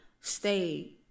stay